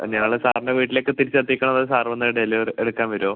ഞങ്ങള് സാറിൻ്റെ വീട്ടിലേക്ക് തിരിച്ച് എത്തിക്കണോ അതോ സാർ വന്ന് ഡെലിവറി എടുക്കാൻ വരുവോ